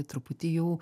truputį jau